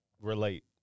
relate